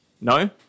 No